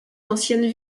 anciennes